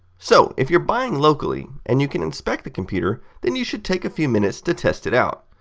so if you are buying locally and you can inspect the computer then you should take a few minutes to test it out.